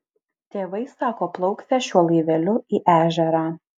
tėvai sako plauksią šiuo laiveliu į ežerą